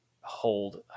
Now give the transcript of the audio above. hold